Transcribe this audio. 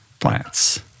plants